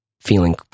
feeling